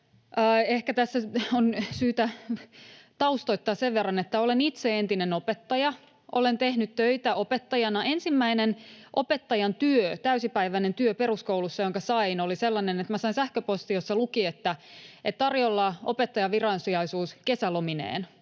Ehkä tässä on syytä taustoittaa sen verran, että olen itse entinen opettaja. Olen tehnyt töitä opettajana. Ensimmäinen opettajan työ, täysipäiväinen työ peruskoulussa, jonka sain, oli sellainen, että minä sain sähköpostin, jossa luki, että ”tarjolla opettajan viransijaisuus kesälomineen”.